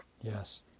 Yes